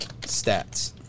stats